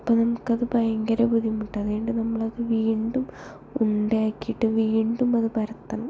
അപ്പോൾ നമുക്കത് ഭയങ്കര ബുദ്ധിമുട്ട് അതു കഴിഞ്ഞിട്ട് നമ്മളത് വീണ്ടും ഉണ്ടയാക്കിയിട്ട് വീണ്ടും അത് പരത്തണം